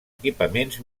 equipaments